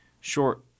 short